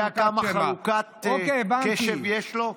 אתה יודע כמה חלוקת קשב יש לו?